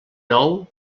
nou